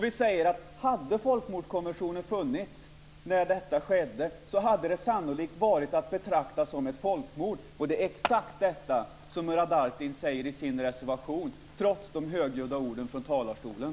Vi säger att om folkmordskonventionen hade funnits när detta skedde hade det sannolikt varit att betrakta som ett folkmord. Det är exakt detta som Murad Artin säger i sin reservation, trots de högljudda orden från talarstolen.